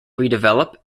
redevelop